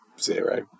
zero